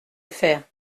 faire